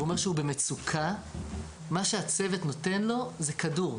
ואומר שהוא במצוקה מה שהצוות נותן לו זה כדור,